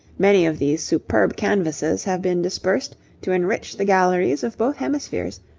many of these superb canvases have been dispersed to enrich the galleries of both hemispheres,